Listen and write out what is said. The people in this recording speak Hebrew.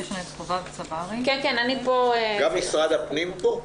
גם נציגי משרד הפנים נמצאים פה?